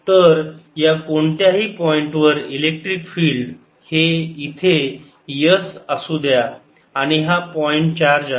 तर या कोणत्याही पॉईंट वरती इलेक्ट्रिक फील्ड हे इथे s असू द्या आणि हा पॉईंट चार्ज आहे